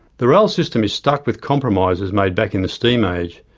the rail system is stuck with compromises made back in the steam age,